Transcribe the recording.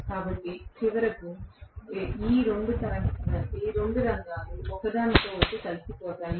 కాబట్టి చివరికి ఈ రెండు రంగాలు ఒకదానితో ఒకటి కలిసిపోతాయి